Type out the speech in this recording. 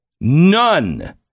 None